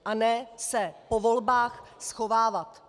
A ne se po volbách schovávat.